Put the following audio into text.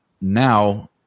now